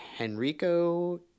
Henrico